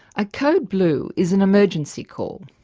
a code blue is an emergency call.